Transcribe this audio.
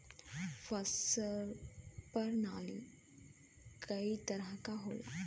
फसल परनाली कई तरह क होला